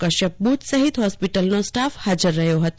કશ્યપ બુચ સહિત હોસ્પિટલનો સ્ટાફ હાજર રહ્યો હતો